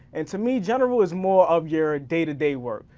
and to me general is more of your day-to-day work.